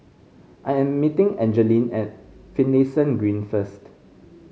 I am meeting Angeline at Finlayson Green first